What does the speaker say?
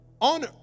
on